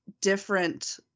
different